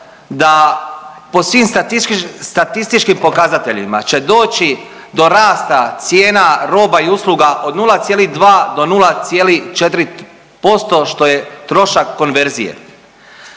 da po svim statističkim pokazateljima će doći do rasta cijena roba i usluga od 0,2 do 0,4% što je trošak konverzije.